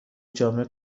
جامع